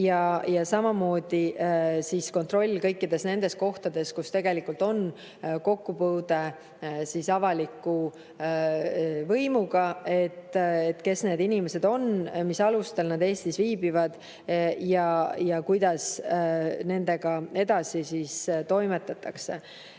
ja samamoodi oleks kontroll kõikides nendes kohtades, kus tegelikult on kokkupuude avaliku võimuga, et [selgeks teha,] kes need inimesed on, mis alustel nad Eestis viibivad ja kuidas nendega edasi toimetatakse.